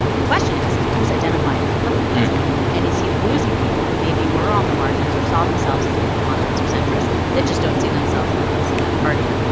the question is, who's identifying as republicans now? and is he losing people who maybe were on the margins or saw themselves as maybe moderates or centrists that just don't see themselves in the place of that party?